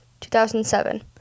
2007